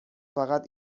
فقط